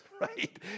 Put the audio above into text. right